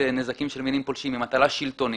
נזקים של מינים פולשים היא מטלה שלטונית.